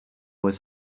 was